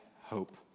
hope